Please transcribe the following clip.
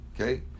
Okay